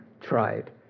tried